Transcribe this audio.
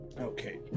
Okay